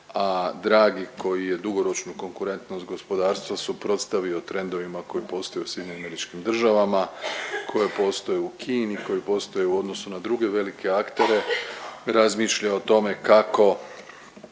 a Dragi koji je dugoročnu konkurentnost gospodarstva suprotstavio trendovima koji postoje u SAD-u, koje postoje u Kini koje postoje u odnosu na druge velike aktere, razmišlja o tome kako